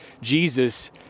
Jesus